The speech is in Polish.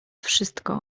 wszystko